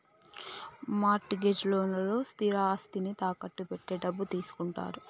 mart gauge లోన్లకు స్థిరాస్తిని తాకట్టు పెట్టి డబ్బు తీసుకుంటారు